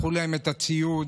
לקחו להם את הציוד,